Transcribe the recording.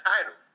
title